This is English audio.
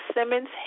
Simmons